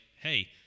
hey